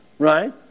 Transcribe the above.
Right